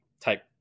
type